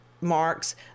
marks